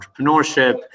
entrepreneurship